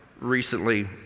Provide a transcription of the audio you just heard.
recently